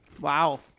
Wow